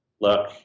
look